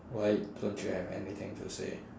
why don't you have anything to say